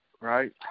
right